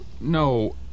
No